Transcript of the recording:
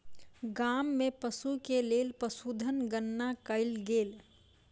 गाम में पशु के लेल पशुधन गणना कयल गेल